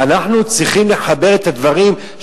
ואנחנו צריכים לחבר את הדברים,